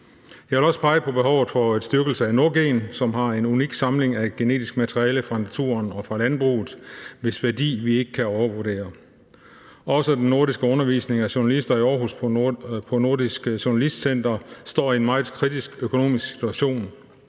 Jeg vil også pege på behovet for en styrkelse af Nordgen, som har en unik samling af genetisk materiale fra naturen og fra landbruget, hvis værdi vi ikke kan overvurdere. Også den nordiske undervisning af journalister i Aarhus på Nordisk Journalistcenter står i en meget kritisk økonomisk situation.